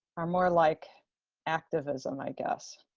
are more like activism, i guess.